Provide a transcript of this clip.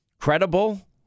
credible